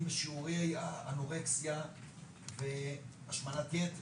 בשיעורי האנורקסיה והשמנת יתר,